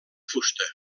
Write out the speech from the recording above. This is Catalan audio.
fusta